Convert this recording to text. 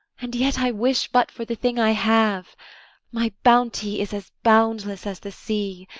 and yet i wish but for the thing i have my bounty is as boundless as the sea,